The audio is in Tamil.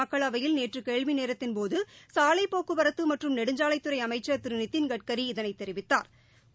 மக்களவையில் நேற்றுகேள்விநேரத்தின்போதுசாவைபோக்குவரத்துமற்றும் நெடுஞ்சாவைத்துறைஅமைச்சர் திருநிதின் கட்கரி இதனைத் தெரிவித்தாா்